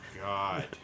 god